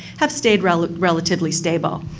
have stayed relatively relatively stable.